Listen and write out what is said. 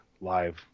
live